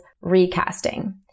recasting